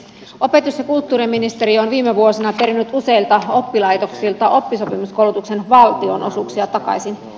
opetus ja kulttuuriministeriö on viime vuosina perinyt useilta oppilaitoksilta oppisopimuskoulutuksen valtionosuuksia takaisin